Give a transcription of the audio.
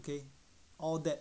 K all that